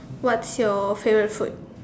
what's your favourite food